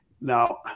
now